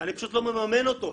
אני פשוט לא מממן אותו.